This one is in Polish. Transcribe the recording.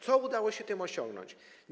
Co udało się tym osiągnąć?